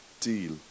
deal